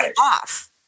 off